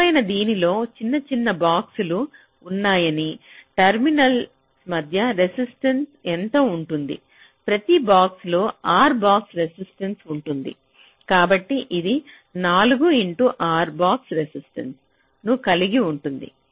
పొడవైనది దీనిలో చిన్న చిన్న బాక్స లు ఉన్నాయి టెర్మినల్స మధ్య రెసిస్టెన్స ఎంత ఉంటుంది ప్రతి బాక్స్ లో R⧠ రెసిస్టెన్స్ ఉంటుంది కాబట్టి ఇది 4 × R⧠ రెసిస్టెన్స ను కలిగి ఉంటుంది